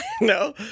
No